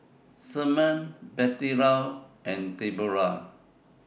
Sherman Bettylou and Debora